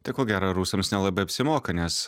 tai ko gero rusams nelabai apsimoka nes